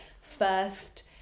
first